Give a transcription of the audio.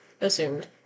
assumed